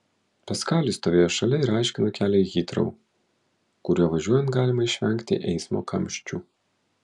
paskalis stovėjo šalia ir aiškino kelią į hitrou kuriuo važiuojant galima išvengti eismo kamščių